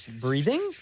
Breathing